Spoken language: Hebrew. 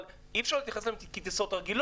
אבל אי אפשר להתייחס אליהן כטיסות רגילות.